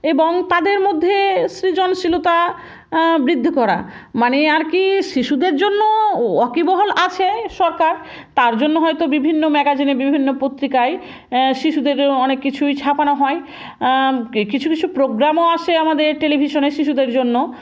এবং তাদের মধ্যে সৃজনশীলতা বৃদ্ধি করা মানে আর কি শিশুদের জন্য ওয়াকিবহাল আছে সরকার তার জন্য হয়তো বিভিন্ন ম্যাগাজিনে বিভিন্ন পত্রিকায় শিশুদের জন্য অনেক কিছুই ছাপানো হয় কিছু কিছু প্রোগ্রামও আসে আমাদের টেলিভিশনে শিশুদের জন্য